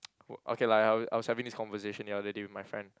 o~ okay lah I w~ I was having this conversation the other day with my friend